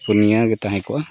ᱯᱩᱱᱤᱭᱟᱹ ᱜᱮ ᱛᱟᱦᱮᱸ ᱠᱚᱜᱼᱟ